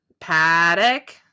Paddock